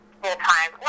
full-time